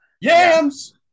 Yams